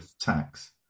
tax